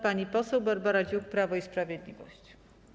Pani poseł Barbara Dziuk, Prawo i Sprawiedliwość.